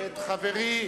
את חברי